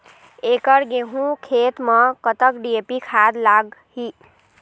एकड़ गेहूं खेत म कतक डी.ए.पी खाद लाग ही?